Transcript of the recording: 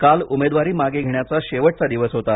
काल उमेदवारी मागे घेण्याचा शेवटचा दिवस होता